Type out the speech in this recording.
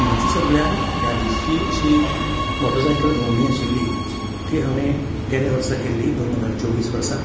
म्हज्या सगल्यान यादेशीर अशी मोटसायकल भोंवडी आशिल्ली ती हांवें गेल्या वर्सा केल्ली दोन हजार चोवीस वर्सा